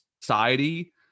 society